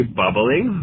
bubbling